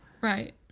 Right